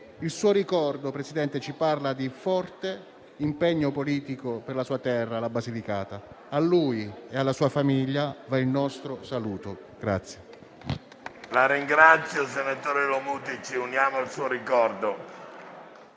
Il suo ricordo, Presidente, ci parla di forte impegno politico per la sua terra, la Basilicata. A lui e alla sua famiglia va il nostro saluto. PRESIDENTE. Senatore Lomuti, ci uniamo al suo ricordo.